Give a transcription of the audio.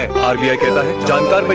um da da like da um da but